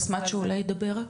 אז סמצ'או אולי ידבר?